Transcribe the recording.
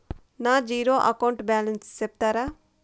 నా zero account balance సెప్తారా?